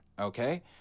Okay